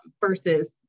versus